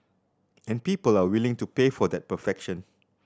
and people are willing to pay for that perfection